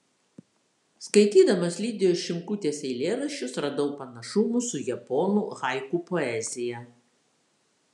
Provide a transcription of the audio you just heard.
skaitydamas lidijos šimkutės eilėraščius radau panašumų su japonų haiku poezija